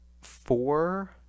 four